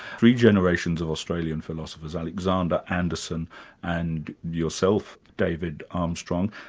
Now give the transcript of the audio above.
three generations of australian philosophers, alexander, anderson and yourself, david armstrong.